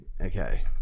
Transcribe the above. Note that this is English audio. Okay